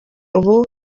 ubu